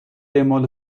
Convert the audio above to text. اعمال